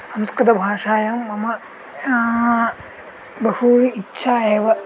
संस्कृतभाषायां मम बहु इच्छा एव अस्ति